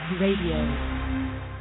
radio